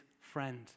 friend